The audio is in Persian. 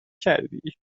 کردی